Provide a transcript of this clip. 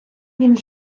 він